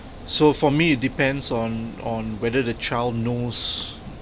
so for me it depends on on whether the child knows